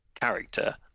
character